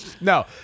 No